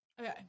Okay